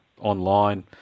online